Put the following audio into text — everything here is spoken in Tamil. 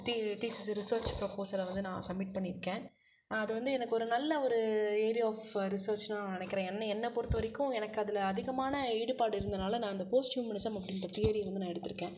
தீ டீசஸ் ரிசர்ச் ப்ரப்போஸலை வந்து நான் சப்மிட் பண்ணிருக்கேன் அது வந்து எனக்கு ஒரு நல்ல ஒரு ஏரியா ஆஃப் ரிசர்ச் தான் நான் நினைக்கிறேன் என்ன என்ன பொறுத்த வரைக்கும் எனக்கு அதில் அதிகமான ஈடுபாடு இருந்தனால நான் அந்த போஸ்ட் ஹுமனிசம் அப்படின்ற தியரியை வந்து நான் எடுத்துருக்கேன்